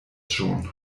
schon